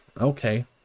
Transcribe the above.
okay